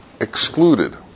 excluded